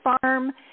farm